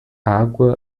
água